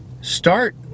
Start